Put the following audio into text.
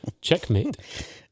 Checkmate